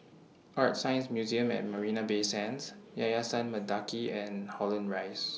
ArtScience Museum At Marina Bay Sands Yayasan Mendaki and Holland Rise